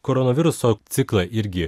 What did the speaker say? koronaviruso ciklą irgi